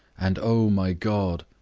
and, o my god,